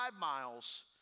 miles